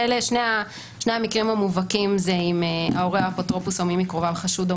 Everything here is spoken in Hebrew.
שני המקרים המובהקים זה אם ההורה האפוטרופוס או מי מקרוביו חשוד או